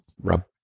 Rub